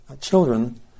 children